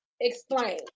explain